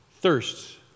thirsts